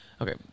okay